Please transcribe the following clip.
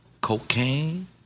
cocaine